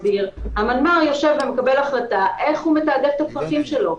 המנמ"ר מקבל החלטה איך הוא מתעדף את הצרכים שלו.